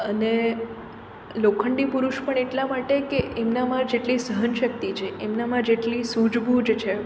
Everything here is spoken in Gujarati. અને લોખંડી પુરુષ પણ એટલા માટે કે એમના જેટલી સહનશક્તિ છે એમનામાં જેટલી સૂઝબૂઝ છે